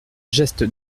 geste